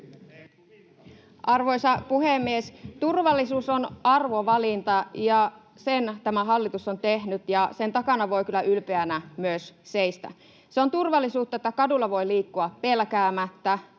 Arvoisa puhemies! Turvallisuus on arvovalinta, ja sen tämä hallitus on tehnyt, ja sen takana voi kyllä ylpeänä myös seistä. Se on turvallisuutta, että kaduilla voi liikkua pelkäämättä